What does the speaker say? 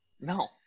no